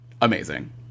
amazing